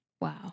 Wow